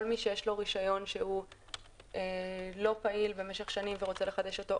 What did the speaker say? כל מי שיש לו רישיון לא פעיל במשך שנים והוא רוצה לחדש אותו,